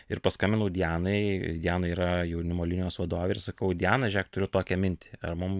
ir paskambinau dianai diana yra jaunimo linijos vadovei ir sakau diana žėk turiu tokią mintį ar mum